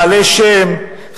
בעלי שם,